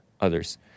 others